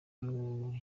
uru